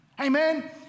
Amen